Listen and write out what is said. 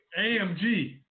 amg